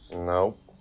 Nope